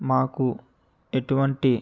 మాకు ఎటువంటి